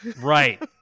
Right